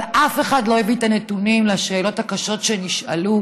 אבל אף אחד לא הביא את הנתונים לשאלות הקשות שנשאלו.